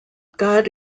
god